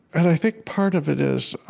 and i think part of it is